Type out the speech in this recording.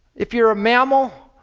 if you're a mammal,